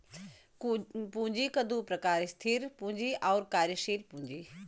पूँजी क दू प्रकार स्थिर पूँजी आउर कार्यशील पूँजी